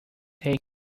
take